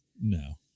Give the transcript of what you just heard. No